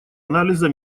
анализа